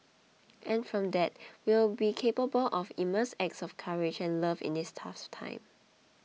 and from that we will be capable of immense acts of courage and love in this tough time